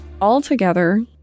Altogether